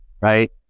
right